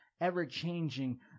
ever-changing